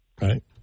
Right